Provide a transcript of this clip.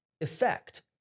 effect